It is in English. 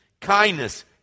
kindness